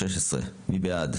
רוויזיה.